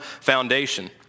foundation